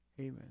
Amen